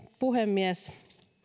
puhemies